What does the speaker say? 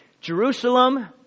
Jerusalem